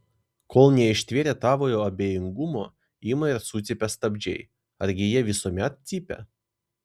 kol neištvėrę tavojo abejingumo ima ir sucypia stabdžiai argi jie visuomet cypia